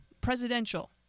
presidential